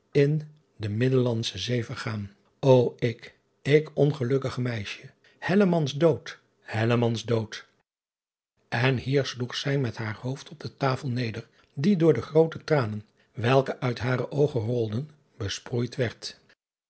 in de iddellandsche zee vergaan o ik ik ongelukkig meisje driaan oosjes zn et leven van illegonda uisman dood dood n hier sloeg zij met haar hoofd op de tafel neder die door de groote tranen welke uit hare oogen rolden besproeid